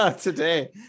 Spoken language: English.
today